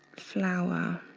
flower